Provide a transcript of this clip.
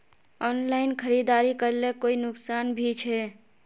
Online खरीदारी करले कोई नुकसान भी छे?